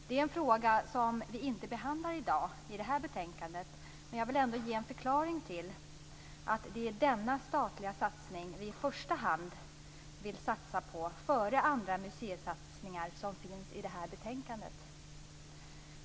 Det är en fråga som vi inte behandlar i dag i detta betänkande, men jag vill ändå ge en förklaring till att det är denna statliga satsning vi i första hand vill göra, före andra museisatsningar som finns i detta betänkande.